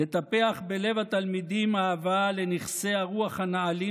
לטפח בלב התלמידים אהבה לנכסי הרוח הנעלים